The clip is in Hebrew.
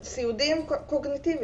זה סיעודיים קוגניטיביים.